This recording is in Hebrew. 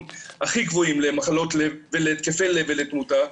הכי גבוהים למחלות לב ולהתקפי לב ולתמותה,